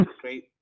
great